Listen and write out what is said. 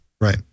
Right